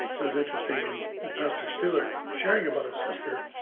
it was interesting in the pastor steward sharing about a sister